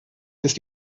ist